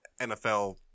NFL